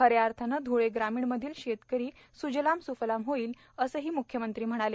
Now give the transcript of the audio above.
खऱ्या अर्थानं ध्ळे ग्रामीण मधील शेतकरी स्जलाम स्फलाम होईल असंही म्ख्यमंत्री म्हणाले